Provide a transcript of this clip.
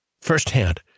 firsthand